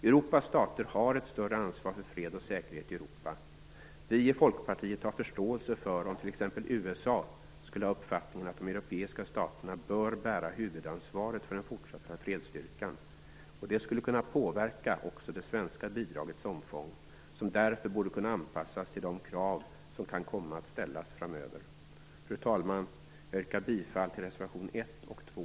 Europas stater har ett större ansvar för fred och säkerhet i Europa. Vi i Folkpartiet har förståelse för om t.ex. USA skulle ha uppfattningen att de europeiska staterna bör bära huvudansvaret för den fortsatta fredsstyrkan. Det skulle kunna påverka också det svenska bidragets omfång, som därför borde kunna anpassas till de krav som kan komma att ställas framöver. Fru talman! Jag yrkar bifall till reservation 1 och 2